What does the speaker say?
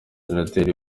senateri